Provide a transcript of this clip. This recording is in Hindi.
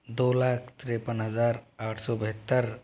दो लाख तिरेपन हजार आठ सौ बहत्तर